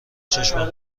چشمم